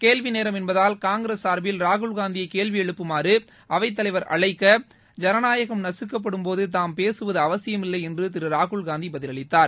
கேள்வி நேரம் என்பதால் காங்கிரஸ் சார்பில் ராகுல் காந்தியய கேள்வி எழுப்புமாறு அவைத்தலைவர் அழைக்க ஜனநாயகம் நகக்கப்படும் போது தாம் பேசுவது அவசியமில்லை என்று திரு ராகுல் காந்தி பதிலளித்தார்